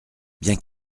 bien